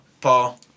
Paul